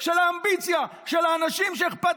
על מגש הכסף של האמביציה של האנשים שאכפת